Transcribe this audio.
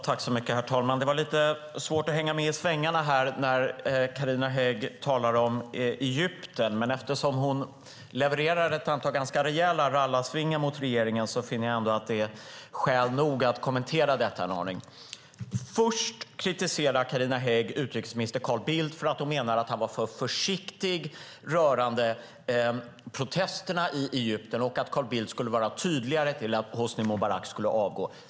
Herr talman! Det var lite svårt att hänga med i svängarna när Carina Hägg talade om Egypten. Men eftersom hon levererade ett antal ganska rejäla rallarsvingar mot regeringen finner jag att det är skäl nog att kommentera detta en aning. Först kritiserar Carina Hägg utrikesminister Carl Bildt för att han var för försiktig rörande protesterna i Egypten och att Carl Bildt borde ha varit tydligare med att Hosni Mubarak skulle avgå.